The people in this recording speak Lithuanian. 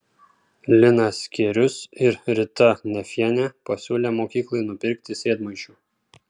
linas skierius ir rita nefienė pasiūlė mokyklai nupirkti sėdmaišių